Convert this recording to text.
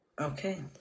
Okay